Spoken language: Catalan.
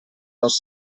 dos